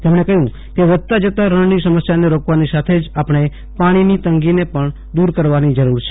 તેમણે કહ્યું કે વધતા જતા રણની સમસ્યાને રોકવાની સાથે જ આપણે પાણીની તંગીને પણ દૂર કરવાની જરૂર છે